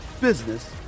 business